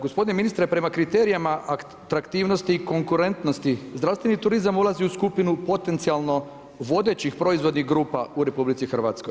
Gospodine ministre prema kriterijima atraktivnosti i konkurentnosti, zdravstveni turizam ulazi u skinu potencijalno vodećih proizvodnih grupa u RH.